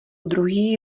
druhý